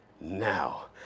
now